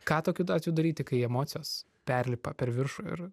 ką tokiu atveju daryti kai emocijos perlipa per viršų ir